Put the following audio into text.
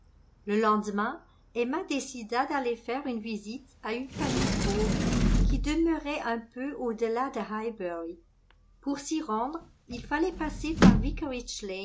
le lendemain emma décida d'aller faire une visite à une famille pauvre qui demeurait un peu au delà de highbury pour s'y rendre il fallait passer par